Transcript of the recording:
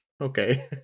Okay